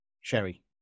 Sherry